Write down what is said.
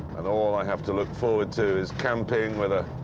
and all i have to look forward to is camping with a.